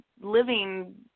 living